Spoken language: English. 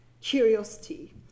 curiosity